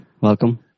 welcome